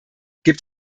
gibt